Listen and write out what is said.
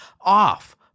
off